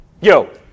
Yo